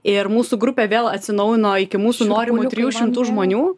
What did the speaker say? ir mūsų grupė vėl atsinaujino iki mūsų norimų trijų šimtų žmonių